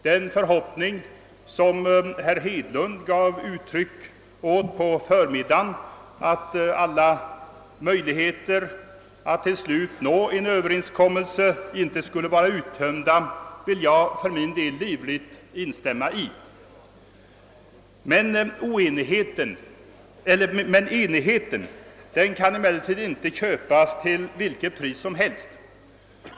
Den förhoppning som herr Hedlund gav uttryck åt på förmiddagen, nämligen att alla möjligheter att till slut nå en Ööverenskommelse inte skulle vara uttömda, vill jag för min del livigt instämma i. Enigheten kan emellertid inte köpas till vilket pris som helst.